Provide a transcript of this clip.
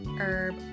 Herb